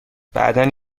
بعدا